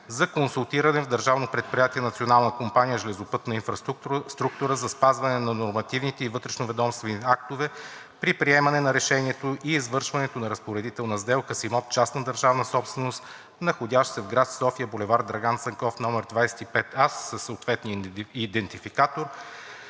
Национална компания „Железопътна инфраструктура“ за спазване на нормативните и вътрешноведомствени актове при приемане на решението и извършването на разпоредителна сделка с имот – частна държавна собственост, находящ се в град София, бул. „Драган Цанков“ № 25а, със съответния идентификатор,